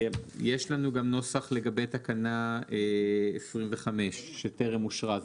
יש לנו גם נוסח לגבי תקנה 25, שטרם אושרה.